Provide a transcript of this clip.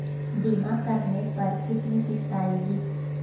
बीमा करने पर कितनी किश्त आएगी?